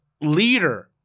leader